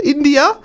India